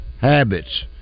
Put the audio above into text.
habits